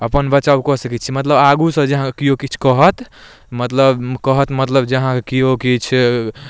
अपन बचाव कऽ सकै छी मतलब आगूसँ जे अहाँके केओ किछु कहत मतलब कहत मतलब जे अहाँके जे केओ किछु